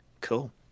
Cool